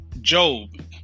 Job